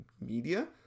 media